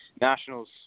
Nationals –